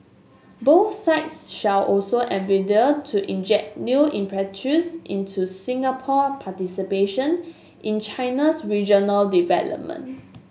both sides shall also endeavour to inject new impetus into Singapore participation in China's regional development